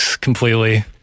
Completely